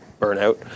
burnout